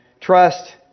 trust